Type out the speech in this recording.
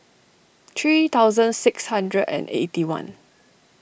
three thousand six hundred and eighty one